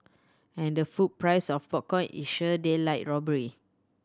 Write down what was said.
and the food price of popcorn is sheer daylight robbery